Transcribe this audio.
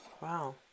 wow